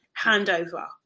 handover